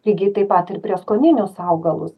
lygiai taip pat ir prieskoninius augalus